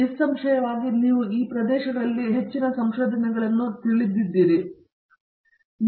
ಮತ್ತು ನಿಸ್ಸಂಶಯವಾಗಿ ನೀವು ಈ ಪ್ರದೇಶಗಳಲ್ಲಿ ಹೆಚ್ಚಿನ ಸಂಶೋಧನೆಗಳನ್ನು ತಿಳಿದಿರಬೇಕು ಎಂದು ಪರಿಗಣಿಸುತ್ತಾರೆ